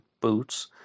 boots